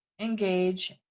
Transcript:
engage